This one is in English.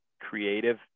creative